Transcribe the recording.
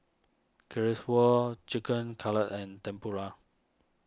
Chicken Cutlet and Tempura